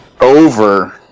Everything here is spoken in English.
Over